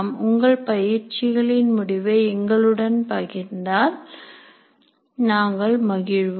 உங்கள் பயிற்சிகளின் முடிவை எங்களுடன் பகிர்ந்தால் நாங்கள் மகிழ்வோம்